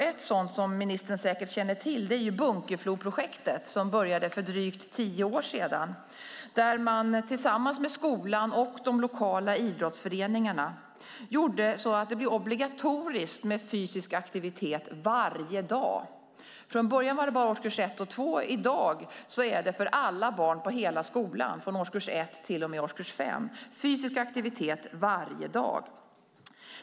Ett sådant som ministern säkert känner till är Bunkefloprojektet, som började för drygt tio år sedan, där skolan tillsammans med de lokala idrottsföreningarna gjorde det obligatoriskt med fysisk aktivitet varje dag. Från början var det bara årskurs 1 och 2; i dag är det för alla barn i hela skolan, från årskurs 1 till och med årskurs 5, fysisk aktivitet varje dag.